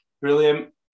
Brilliant